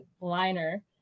liner